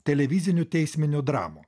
televizinių teisminių dramų